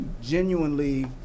genuinely